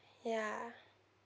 ya